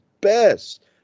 best